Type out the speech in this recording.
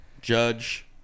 Judge